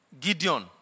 Gideon